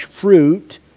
fruit